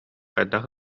хайдах